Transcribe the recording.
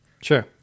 Sure